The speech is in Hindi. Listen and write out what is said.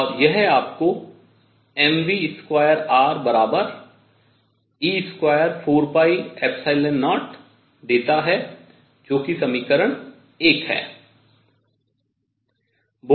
और यह आपको mv2re240 देता है जो कि समीकरण 1 है